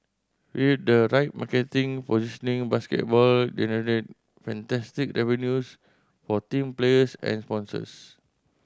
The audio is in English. with the right marketing positioning basketball generate fantastic revenues for team players and sponsors